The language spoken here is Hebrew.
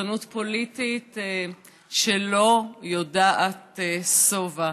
סחטנות פוליטית שלא יודעת שובע,